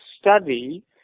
study